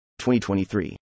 2023